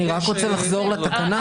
אני רק רוצה לחזור לתקנה.